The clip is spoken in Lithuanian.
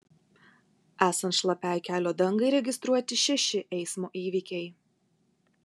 esant šlapiai kelio dangai registruoti šeši eismo įvykiai